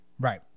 Right